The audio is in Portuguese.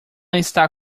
está